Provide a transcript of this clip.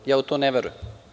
Ja u to ne verujem.